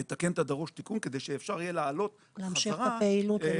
יתקן את הדרוש תיקון כדי שאפשר יהיה לעלות בחזרה לרמה